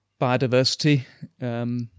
biodiversity